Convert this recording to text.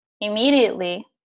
immediately